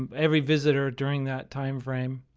every visitor during that time frame.